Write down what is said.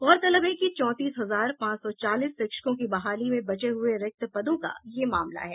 गौरतलब है कि चौतीस हजार पांच सौ चालीस शिक्षकों की बहाली में बचे हुये रिक्त पदों का यह मामला है